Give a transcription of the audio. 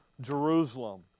Jerusalem